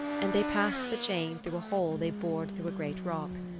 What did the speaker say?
and they passed the chain through a hole they bored through a great rock.